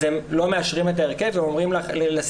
אז הם לא מאשרים את ההרכב והם אומרים לסיעות,